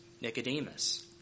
Nicodemus